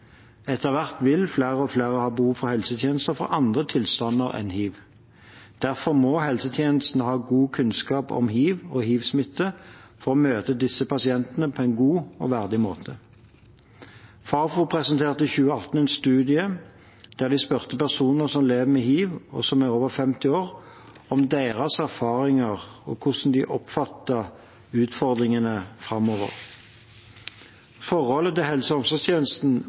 Etter hvert vil flere og flere ha behov for helsetjenester for andre tilstander enn hiv. Derfor må helsetjenesten ha god kunnskap om hiv og hivsmitte for å møte disse pasientene på en god og verdig måte. Fafo presenterte i 2018 en studie der de spurte personer som lever med hiv og som er over 50 år, om deres erfaringer og om hvordan de oppfattet utfordringene framover. Forholdet til helse- og omsorgstjenesten